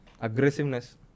aggressiveness